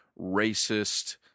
racist